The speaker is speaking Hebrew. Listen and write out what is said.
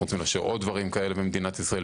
אנחנו רוצים לאשר עוד דברים כאלה במדינת ישראל,